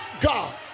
God